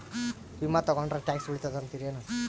ವಿಮಾ ತೊಗೊಂಡ್ರ ಟ್ಯಾಕ್ಸ ಉಳಿತದ ಅಂತಿರೇನು?